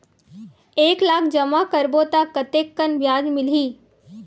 एक लाख जमा करबो त कतेकन ब्याज मिलही?